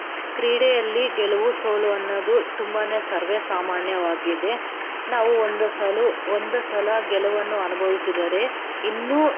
ಕ್ರೀಡೆಯಲ್ಲಿ ಗೆಲುವು ಸೋಲು ಅನ್ನೋದು ತುಂಬ ಸರ್ವೇ ಸಾಮಾನ್ಯವಾಗಿದೆ ನಾವು ಒಂದು ಸಲ ಒಂದು ಸಲ ಗೆಲುವನ್ನು ಅನುಭವಿಸಿದರೆ ಇನ್ನೂ